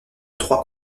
trois